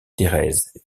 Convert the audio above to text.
thérèse